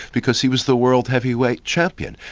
because he was the world heavyweight champion.